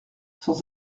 sans